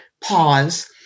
pause